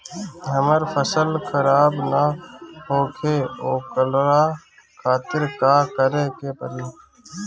हमर फसल खराब न होखे ओकरा खातिर का करे के परी?